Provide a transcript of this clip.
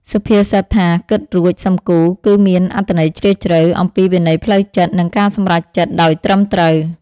សុភាសិតថា "គិតរួច សឹមគូ" គឺមានអត្ថន័យជ្រាលជ្រៅ អំពីវិន័យផ្លូវចិត្ត និងការសម្រេចចិត្តដោយត្រឹមត្រូវ។